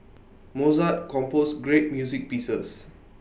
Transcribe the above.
Mozart composed great music pieces